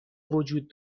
وجود